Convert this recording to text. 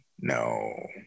No